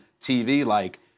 TV-like